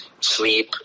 sleep